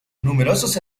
numerosos